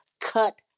cut